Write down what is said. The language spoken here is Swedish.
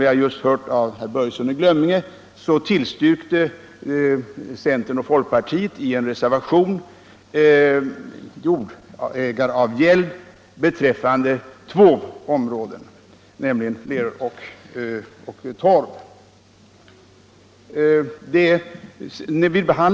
Vi har just hört av herr Börjesson i Glömminge att centern och folkpartiet tillstyrkte en reservation om jordägaravgäld beträffande två områden, nämligen leror och torv.